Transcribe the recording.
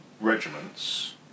regiments